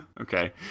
Okay